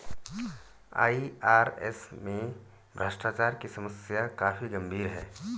IRS में भ्रष्टाचार की समस्या काफी गंभीर है